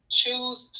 choose